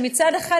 שמצד אחד,